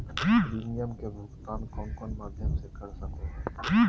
Premium के भुक्तान कौन कौन माध्यम से कर सको है?